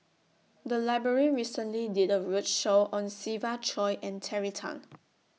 The Library recently did A roadshow on Siva Choy and Terry Tan